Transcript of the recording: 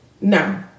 No